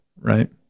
Right